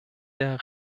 der